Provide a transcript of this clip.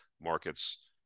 markets